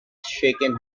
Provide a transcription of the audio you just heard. shaken